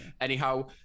Anyhow